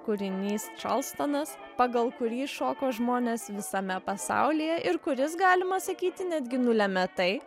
kūrinys čarlstonas pagal kurį šoko žmonės visame pasaulyje ir kuris galima sakyti netgi nulėmė tai